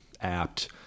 apt